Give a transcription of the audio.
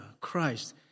Christ